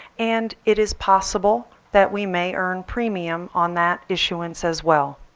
and it is possible that we may earn premium on that issuance as well.